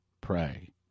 pray